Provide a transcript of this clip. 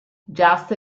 just